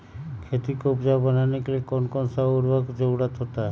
खेती को उपजाऊ बनाने के लिए कौन कौन सा उर्वरक जरुरत होता हैं?